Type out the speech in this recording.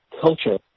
culture